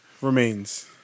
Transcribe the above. Remains